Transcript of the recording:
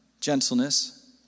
Gentleness